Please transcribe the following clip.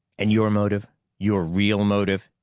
and your motive your real motive?